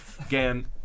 again